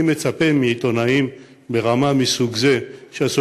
אני מצפה מעיתונאים ברמה מסוג זה שיעשו